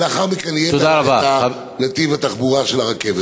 ולאחר מכן יהיה נתיב התחבורה של הרכבת.